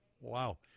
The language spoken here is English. Wow